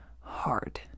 hard